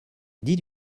did